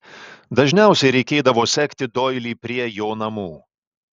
dažniausiai reikėdavo sekti doilį prie jo namų